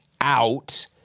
out